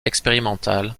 expérimentale